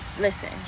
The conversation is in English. listen